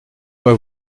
moi